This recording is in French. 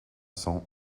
cent